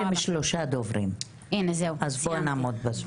אתם ביקשתם שלושה דוברים אז בואו נעמוד בזמנים.